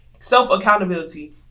self-accountability